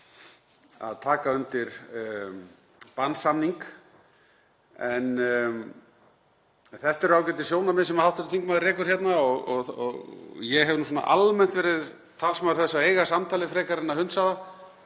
að taka undir bannsamning. En þetta eru ágætissjónarmið sem hv. þingmaður rekur hérna og ég hef almennt verið talsmaður þess að eiga samtalið frekar en að hunsa það